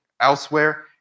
elsewhere